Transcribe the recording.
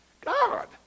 God